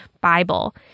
Bible